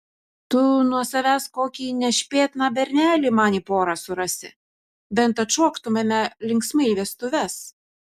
tu nuo savęs kokį nešpėtną bernelį man į porą surasi bent atšoktumėme linksmai vestuves